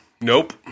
Nope